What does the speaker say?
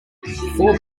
four